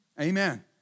Amen